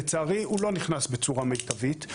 לצערי, הוא לא נכנס בצורה מיטבית.